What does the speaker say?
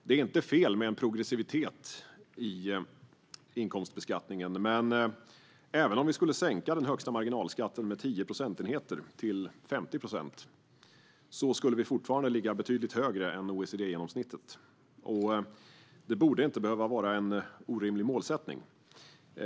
Det är inte fel med en progressivitet i inkomstbeskattningen, men även om den högsta marginalskatten skulle sänkas med 10 procentenheter till 50 procent skulle Sverige fortfarande ligga betydligt högre än OECD-genomsnittet. Det borde inte vara en orimlig målsättning.